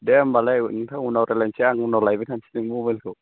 दे होमब्लालाय नोंथां उनाव रायज्लायसै आं उनाव लायबाय थासै नोंनि मबाइलखौ